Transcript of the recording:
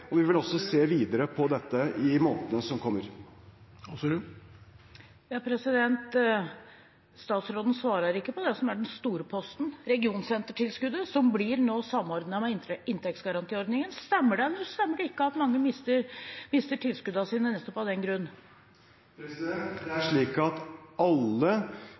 og vi vil også se videre på dette i månedene som kommer. Statsråden svarer ikke på det som er den store posten, regionsentertilskuddet, som nå blir samordnet med inntektsgarantiordningen. Stemmer det, eller stemmer det ikke at mange mister tilskuddene sine nettopp av den grunn? Alle